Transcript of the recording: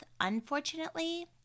unfortunately